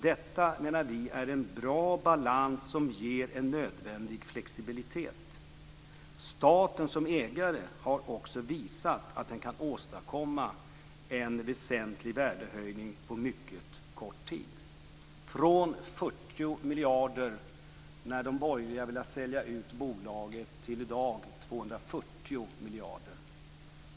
Detta menar vi är en bra balans som ger en nödvändig flexibilitet. Staten som ägare har också visat att den kan åstadkomma en väsentlig värdehöjning på mycket kort tid. Från 40 miljarder, när de borgerliga ville sälja ut bolaget, till i dag 240 miljarder.